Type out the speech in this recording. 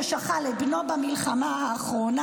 ששכל את בנו במלחמה האחרונה,